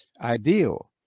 ideal